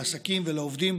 לעסקים ולעובדים,